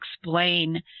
explain